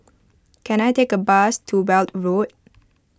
can I take a bus to Weld Road